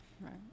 Right